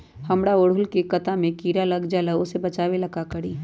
हमरा ओरहुल के पत्ता में किरा लग जाला वो से बचाबे ला का करी?